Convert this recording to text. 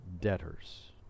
debtors